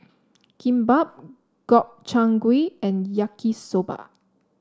Kimbap Gobchang Gui and Yaki Soba